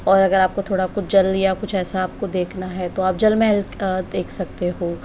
और अगर आपको थोड़ा कुछ जल या कुछ ऐसा आपको देखना है तो आप जल महल देख सकते हो